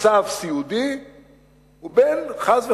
מצב סיעודי ובין, חס וחלילה,